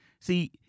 see